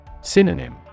Synonym